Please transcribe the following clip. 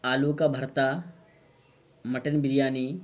آلو کا بھرتا مٹن بریانی